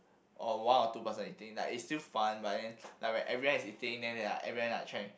or one or two person eating like its still fun but then like when everyone is eating then like everybody like trying